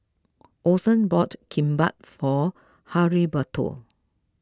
Orson bought Kimbap for Heriberto